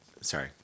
Sorry